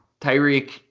Tyreek